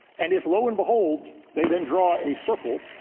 and if, lo and behold, they then draw a circle,